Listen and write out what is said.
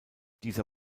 dieser